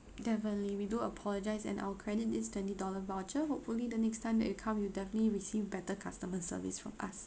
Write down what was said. definitely we do apologise and I'll credit this twenty dollar voucher hopefully the next time that you come you definitely receive better customer service from us